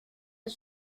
los